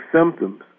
symptoms